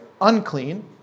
unclean